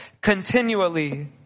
continually